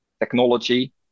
technology